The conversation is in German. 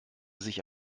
sich